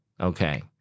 Okay